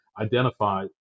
identify